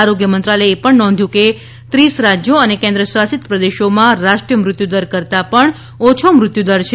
આરોગ્ય મંત્રાલયે એ પણ નોધ્યુ છે કે ત્રીસ રાજયો અને કેન્દ્રશાસિત પ્રદેશોમાં રાષ્ટ્રીય મૃત્યુદર કરતા પણ ઓછો મૃત્યુદર છે